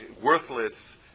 worthless